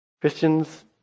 Christians